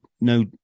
no